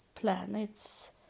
planets